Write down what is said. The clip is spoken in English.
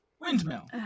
Windmill